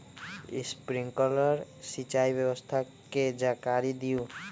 Sprinkler सिंचाई व्यवस्था के जाकारी दिऔ?